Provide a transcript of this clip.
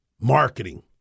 Marketing